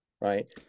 right